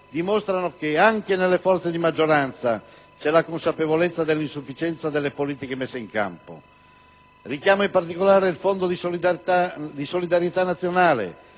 dimostrano che anche nelle forze di maggioranza c'è la consapevolezza dell'insufficienza delle politiche messe in campo. Richiamo in particolare il Fondo di solidarietà nazionale